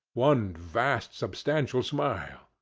one vast substantial smile.